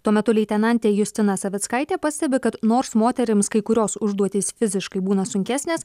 tuo metu leitenantė justina savickaitė pastebi kad nors moterims kai kurios užduotys fiziškai būna sunkesnės